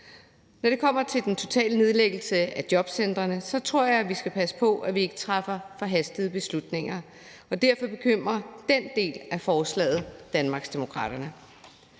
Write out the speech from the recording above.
Når det kommer til den totale nedlæggelse af jobcentrene, tror jeg, at vi skal passe på, at vi ikke træffer forhastede beslutninger, og derfor bekymrer den del af forslaget Danmarksdemokraterne.